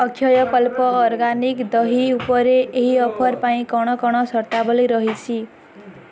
Akshayakalpa organic ଦହି ଉପରେ ଏହି ଅଫର୍ ପାଇଁ କ'ଣ କ'ଣ ସର୍ତ୍ତାବଳୀ ରହିଛି